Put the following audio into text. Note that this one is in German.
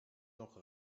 noch